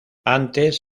antes